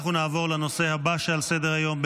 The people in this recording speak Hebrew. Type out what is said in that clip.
אנחנו נעבור לנושא הבא שעל סדר-היום.